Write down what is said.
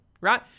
right